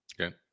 Okay